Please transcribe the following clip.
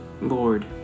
Lord